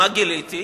מה גיליתי?